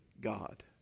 God